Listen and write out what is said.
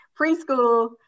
preschool